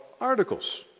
articles